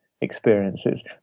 experiences